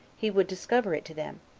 he would discover it to them,